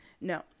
No